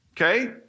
okay